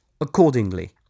accordingly